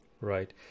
Right